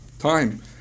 time